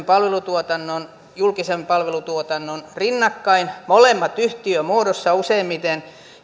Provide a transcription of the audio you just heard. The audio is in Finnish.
palvelutuotannon ja julkisen palvelutuotannon rinnakkain molemmat yhtiömuodossa useimmiten